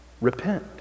Repent